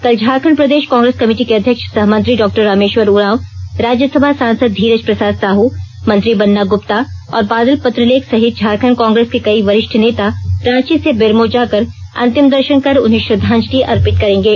कल झारखण्ड प्रदेश कांग्रेस कमिटी के अध्यक्ष सह मंत्री डॉ रामेश्वर उरॉव राज्यसभा सांसद धीरज प्रसाद साह मंत्री बन्ना ग्रुप्ता और बादल पत्रलेख सहित झारखण्ड कांग्रेस के कई वरिष्ठ नेता रॉची से बेरमो जाकर अन्तिम दर्शन कर उन्हें श्रद्धांजलि अर्पित करेंगे